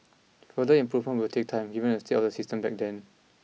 further improvements will take time given the state of the system back then